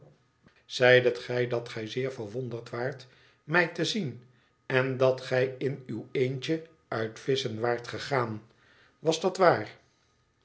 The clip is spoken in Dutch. zeidet gij dat gij zeer verwonderd waart mij te zien en dat gij in uw eentje uit visschen waart gegaan was dat waar